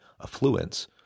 affluence